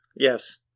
Yes